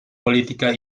política